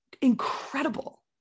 incredible